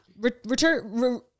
return